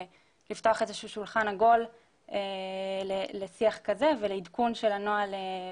לפתוח איזשהו שולחן עגול לשיח כזה ולעדכון של הנוהל.